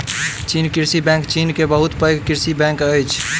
चीन कृषि बैंक चीन के बहुत पैघ कृषि बैंक अछि